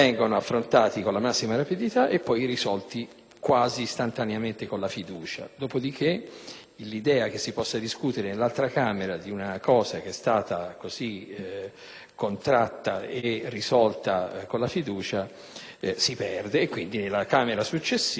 quasi istantaneamente con la fiducia. Dopodiché, l'idea che si possa discutere nell'altra Camera di una questione che è stata così contratta e risolta con la fiducia si perde, per cui nella Camera successiva il dibattito è ancora più contratto e